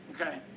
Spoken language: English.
Okay